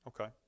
Okay